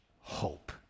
hope